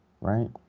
right